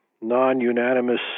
non-unanimous